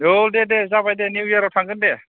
औ दे दे जाबाय दे निउ इयार आव थांगोन दे